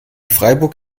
freiburg